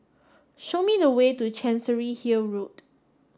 show me the way to Chancery Hill Road